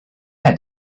had